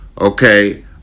Okay